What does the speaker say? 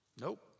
Nope